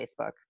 Facebook